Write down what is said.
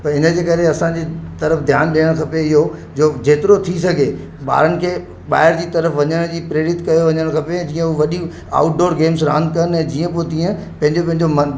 भई हिनजे करे असांजे तर्फ़ु ध्यानु ॾियणु खपे इहो जो जेतिरो थी सघे ॿारनि खे ॿाहिरि जी तर्फ़ु वञण जी प्रेरित कयो वञणु खपे जीअं उहो वधीक आउट डोर गेम्स रांधि कनि ऐं जीअं पोइ तीअं पंहिंजो पंहिंजो मनु